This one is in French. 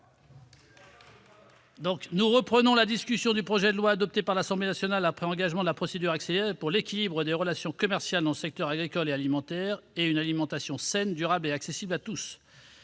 Nous reprenons l'examen du projet de loi, adopté par l'Assemblée nationale après engagement de la procédure accélérée, pour l'équilibre des relations commerciales dans le secteur agricole et alimentaire et une alimentation saine, durable et accessible à tous.